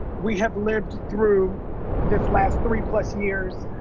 we have lived through this last three-plus years